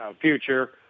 future